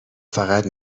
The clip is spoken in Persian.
فقط